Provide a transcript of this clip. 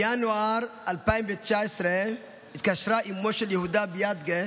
בינואר 2019 התקשרה אימו של יהודה ביאדגה,